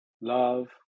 love